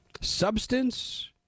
substance